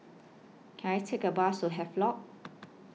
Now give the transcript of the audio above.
Can I Take A Bus to Havelock